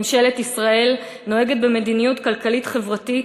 ממשלת ישראל נוהגת במדיניות כלכלית-חברתית